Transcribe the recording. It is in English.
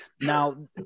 Now